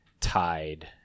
tied